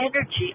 energy